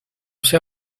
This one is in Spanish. sea